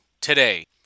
today